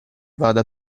vada